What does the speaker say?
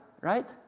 right